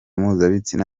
mpuzabitsina